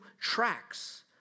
tracks